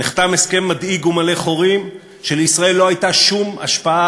נחתם הסכם מדאיג ומלא חורים שלישראל לא הייתה שום השפעה